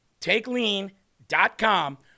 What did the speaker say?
Takelean.com